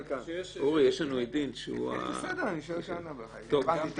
שהוא --- בסדר --- רק נקרא,